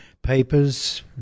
Papers